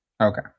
Okay